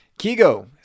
Kigo